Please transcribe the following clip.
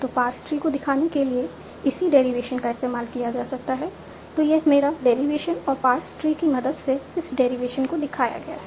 तो parse tree को दिखाने के लिए इसी डेरीवेशन का इस्तेमाल किया जा सकता है तो यह है मेरा डेरीवेशन और पार्स ट्री की मदद से इस डेरिवेशन को दिखाया गया है